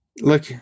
Look